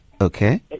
Okay